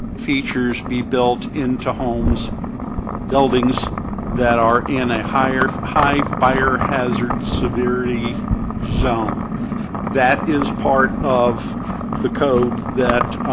features be built into homes buildings that are in a higher high fire hazard severity zone that is part of the code that